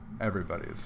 Everybody's